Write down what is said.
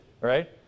right